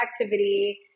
activity